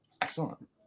Excellent